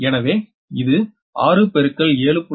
எனவே இது 6 7